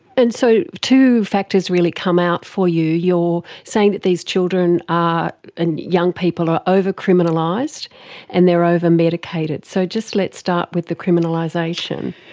and so two factors really come out for you. you're saying that these children ah and young people are over-criminalised and they are over-medicated. so just let's start with the criminalisation.